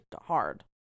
hard